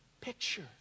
picture